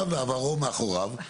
בבקשה, שירה.